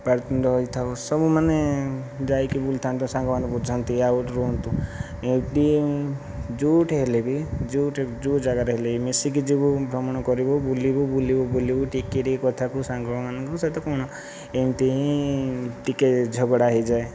ପାଟି ତୁଣ୍ଡ ହୋଇଥାଉ ସବୁ ମାନେ ଯାଇକି ବୋଲି ତାଙ୍କ ସାଙ୍ଗ ମାନେ ବୁଝାନ୍ତି ଆଉ ରୁହନ୍ତୁ ଟିକିଏ ଆଉ ତୁ ଯେଉଁଠାରେ ହେଲେ ବି ଯେଉଁଠାରେ ଯେଉଁ ଜାଗାରେ ହେଲେ ବି ମିଶିକି ଯିବୁ ଭ୍ରମଣ କରିବୁ ବୁଲିବୁ ବୁଲିବୁ ବୁଲିବୁ ଟିକିଏ ଟିକିଏ କଥାକୁ ସାଙ୍ଗ ମାନଙ୍କ ସହିତ କଣ ଏମିତି ହିଁ ଟିକିଏ ଝଗଡା ହେଇଯାଏ